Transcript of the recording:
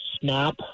snap